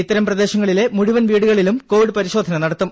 ഇത്തരം പ്രദേശങ്ങളിലെ മുഴുവൻ വീടുകളിലും കൊവിഡ് പരിശോധന നടത്തും